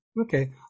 Okay